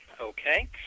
okay